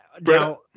now